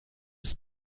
ist